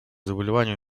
заболеваний